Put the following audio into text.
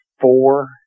four